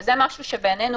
זה משהו קריטי בעינינו,